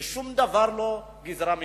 שום דבר הוא לא גזירה מהשמים.